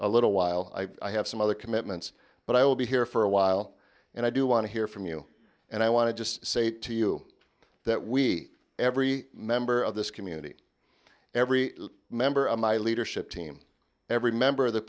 a little while i have some other commitments but i will be here for a while and i do want to hear from you and i want to just say to you that we every member of this community every member of my leadership team every member of the